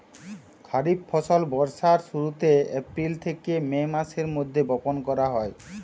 খরিফ ফসল বর্ষার শুরুতে, এপ্রিল থেকে মে মাসের মধ্যে বপন করা হয়